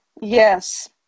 Yes